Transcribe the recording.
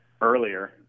earlier